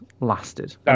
lasted